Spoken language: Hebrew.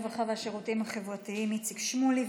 הרווחה והשירותים החברתיים איציק שמולי.